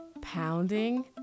pounding